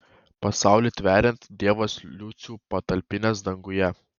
pasaulį tveriant dievas liucių patalpinęs danguje